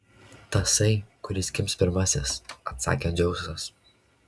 tasai kuris gims pirmasis atsakė dzeusas